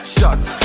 Shots